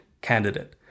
candidate